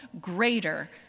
greater